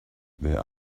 where